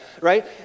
right